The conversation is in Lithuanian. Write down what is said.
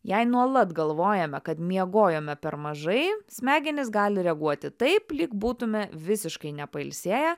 jei nuolat galvojame kad miegojome per mažai smegenys gali reaguoti taip lyg būtume visiškai nepailsėję